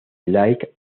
like